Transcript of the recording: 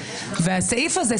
והסעיף הזה,